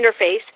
interface